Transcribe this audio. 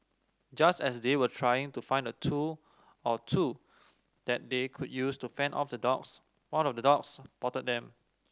just as they were trying to find a tool or two that they could use to fend off the dogs one of the dogs spotted them